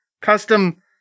custom